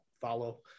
follow